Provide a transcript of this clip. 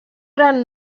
gran